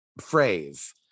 phrase